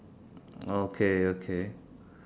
okay okay